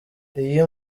iyo